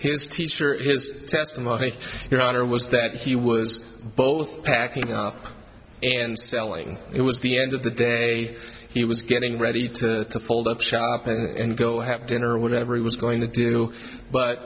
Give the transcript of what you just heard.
his teacher in his testimony your honor was that he was both packing up and selling it was the end of the day he was getting ready to fold up shop and go have dinner whatever he was going to do but